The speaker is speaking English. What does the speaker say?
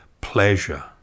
pleasure